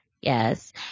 Yes